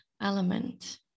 element